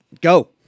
Go